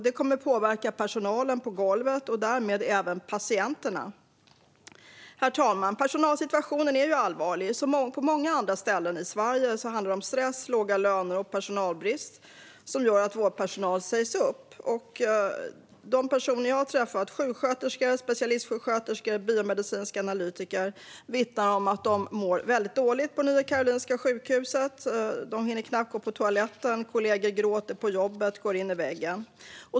Det kommer att påverka personalen på golvet och därmed även patienterna. Herr talman! Personalsituationen är allvarlig. Som på många andra ställen i Sverige handlar det om stress, låga löner och personalbrist, vilket gör att vårdpersonal sägs upp. De personer jag har träffat - sjuksköterskor, specialistsjuksköterskor och biomedicinska analytiker - vittnar om att de mår väldigt dåligt på Nya Karolinska sjukhuset. De hinner knappt gå på toaletten, och kollegor gråter på jobbet och går in i väggen.